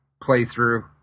playthrough